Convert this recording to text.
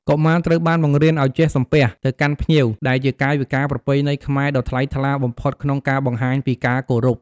កុមារត្រូវបានបង្រៀនឲ្យ ចេះសំពះ ទៅកាន់ភ្ញៀវ ដែលជាកាយវិការប្រពៃណីខ្មែរដ៏ថ្លៃថ្លាបំផុតក្នុងការបង្ហាញពីការគោរព។